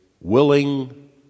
willing